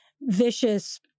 vicious